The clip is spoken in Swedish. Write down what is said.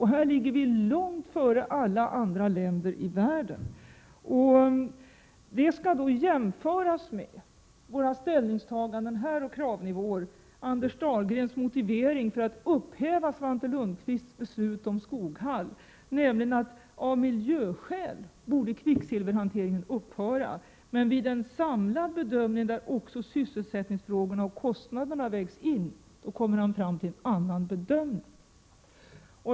Här ligger vi långt före alla andra länder i världen. Då skall våra ställningstaganden och kravnivåer jämföras med Anders Dahlgrens motivering för att upphäva Svante Lundkvists beslut om Skoghall, nämligen att kvicksilverhanteringen av miljöskäl borde upphöra men att han vid en samlad bedömning där också sysselsättningsfrågorna och kostnaderna vägdes in kom fram till en annan bedömning.